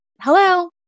hello